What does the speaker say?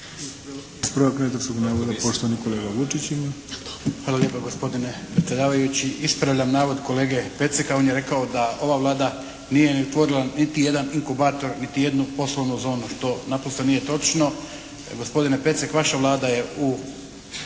Hvala lijepa gospodine predsjedavajući. Ispravljam navod kolege Peceka. On je rekao da ova Vlada nije ni otvorila niti jedan inkubator, niti jednu poslovnu zonu što napose nije točno. Gospodine Pecek vaša Vlada je u